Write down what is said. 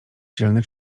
dzielny